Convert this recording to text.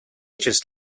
just